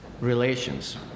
relations